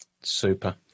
Super